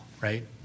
right